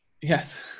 yes